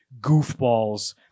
goofballs